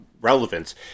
relevance